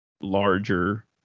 larger